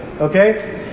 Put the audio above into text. okay